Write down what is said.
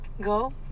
go